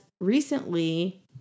recently